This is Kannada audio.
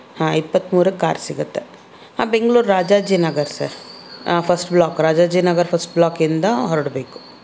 ಹಾಂ ಇಪ್ಪತ್ತ್ಮೂರಕ್ಕೆ ಕಾರ್ ಸಿಗತ್ತೆ ಹಾಂ ಬೆಂಗ್ಳೂರು ರಾಜಾಜಿನಗರ ಸರ್ ಹಾಂ ಫಸ್ಟ್ ಬ್ಲಾಕ್ ರಾಜಾಜಿನಗರ ಫಸ್ಟ್ ಬ್ಲಾಕಿಂದ ಹೊರಡಬೇಕು